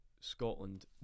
Scotland